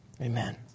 Amen